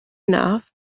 enough